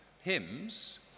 hymns